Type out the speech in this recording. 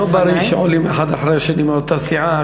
זה לא בריא שעולים האחד אחרי השני מאותה סיעה,